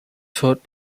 taught